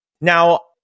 Now